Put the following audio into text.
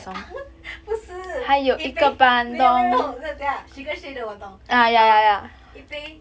不是一杯没有没有等一下 shigga shay 的我懂 um 一杯